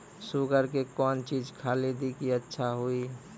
Sugar के कौन चीज खाली दी कि अच्छा हुए?